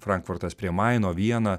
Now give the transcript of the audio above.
frankfurtas prie maino viena